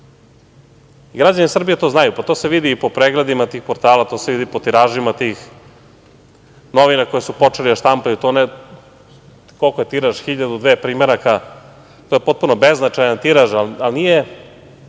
sve. Građani Srbije to znaju, pa to se vidi i po pregledima tih portala, to se vidi po tiražima tih novina koji su počeli da štampaju, koliki je tiraž 1.000, 2.000 primeraka, to je potpuno beznačajan tiraž, ali nije